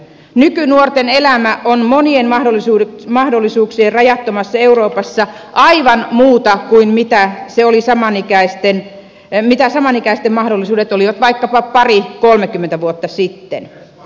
nykynuorten elämä on monien mahdollisuuksien rajattomassa euroopassa aivan muuta kuin mitä se oli samanikäisten eli mitä samanikäisten mahdollisuudet olivat vaikkapa parikolmekymmentä vuotta sitten